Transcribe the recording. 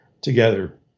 together